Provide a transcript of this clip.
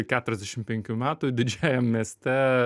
keturiasdešimt penkių metų didžiajam mieste